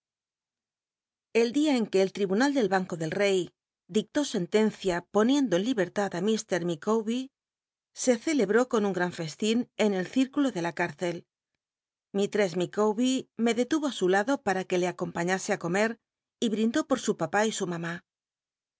el dia en que cl tl'ibunal del banco del rey dictó sentencia poniendo en libertad ír mr micawbcr se celebró con un ran festín en el círculo de la cárcel mistress micawber me detuvo á su lado para que le acompañase á comer y brindó poi su pa i y su mamtí